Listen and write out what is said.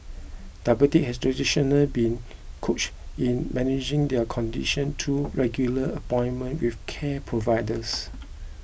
diabetics have traditionally been coached in managing their condition through regular appointments with care providers